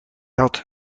had